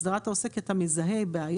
אסדרה אתה עושה כי אתה מזהה בעיה,